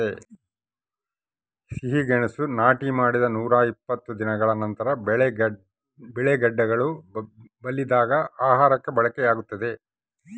ಸಿಹಿಗೆಣಸು ನಾಟಿ ಮಾಡಿದ ನೂರಾಇಪ್ಪತ್ತು ದಿನಗಳ ನಂತರ ಬೆಳೆ ಗೆಡ್ಡೆಗಳು ಬಲಿತಾಗ ಆಹಾರಕ್ಕೆ ಬಳಕೆಯಾಗ್ತದೆ